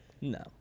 no